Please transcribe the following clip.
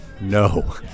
No